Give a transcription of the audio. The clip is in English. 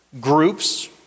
groups